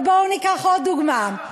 ובואו ניקח עוד דוגמה,